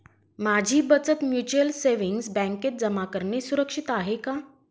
माझी बचत mutual savings बँकेत जमा करणे सुरक्षित आहे का